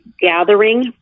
gathering